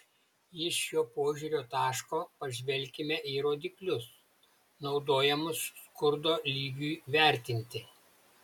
iš šio požiūrio taško pažvelkime į rodiklius naudojamus skurdo lygiui vertinti